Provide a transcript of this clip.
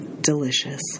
delicious